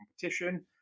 competition